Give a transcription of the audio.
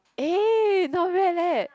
eh not bad leh